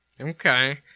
Okay